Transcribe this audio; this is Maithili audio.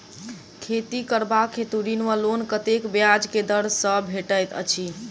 खेती करबाक हेतु ऋण वा लोन कतेक ब्याज केँ दर सँ भेटैत अछि?